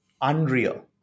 unreal